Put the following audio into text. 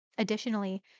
Additionally